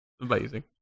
Amazing